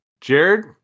Jared